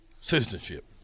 citizenship